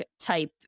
type